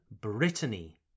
Brittany